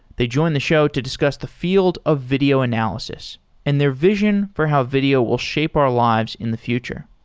they join the show to discuss the field of video analysis and their vision for how video will shape our lives in the future.